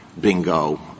bingo